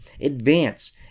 advance